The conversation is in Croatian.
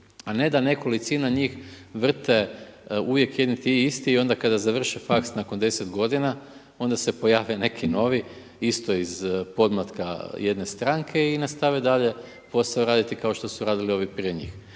a ne da nekolicina njih vrte uvijek jedni te isti onda kada završe faks nakon 10 godina onda se pojave neki novi isto iz podmlatka jedne stranke i nastave dalje posao raditi kao što su radili ovi prije njih.